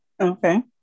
Okay